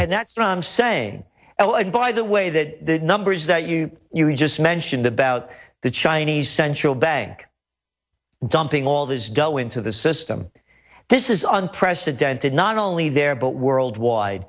and that's what i'm saying well and by the way that numbers that you you just mentioned about the chinese central bank dumping all this dull into the system this is unprecedented not only there but worldwide